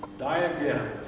die again.